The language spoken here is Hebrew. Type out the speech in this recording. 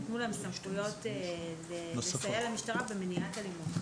ניתנו סמכויות לסייע למשטרה במניעת אלימות.